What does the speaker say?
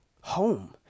home